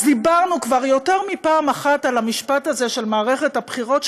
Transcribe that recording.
אז דיברנו כבר יותר מפעם אחת על המשפט הזה של מערכת הבחירות,